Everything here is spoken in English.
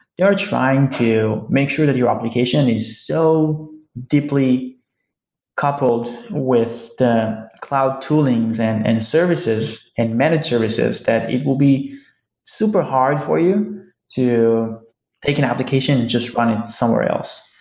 they are trying to make sure that your application is so deeply coupled with the cloud toolings and and services and managed services that it will be super hard for you to pick an application and just run it somewhere else.